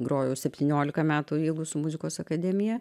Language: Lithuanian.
grojau septyniolika metų jeigu su muzikos akademija